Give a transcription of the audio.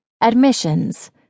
Admissions